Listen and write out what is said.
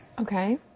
Okay